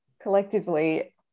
collectively